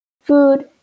Food